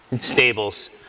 stables